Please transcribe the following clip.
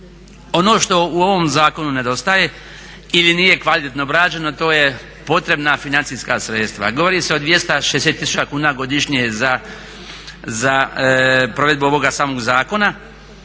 ono što u ovom zakonu nedostaje ili nije kvalitetno obrađeno to je potrebna financijska sredstva. govori se o 260 000 kuna godišnje za provedbu ovog samog zakona,